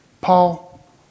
Paul